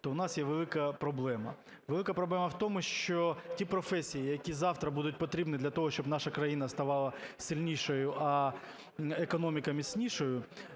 то у нас є велика проблема. Велика проблема у тому, що ті професії, які завтра будуть потрібні для того, щоб наша країна ставала сильнішою, а економіка міцнішою,